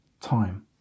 time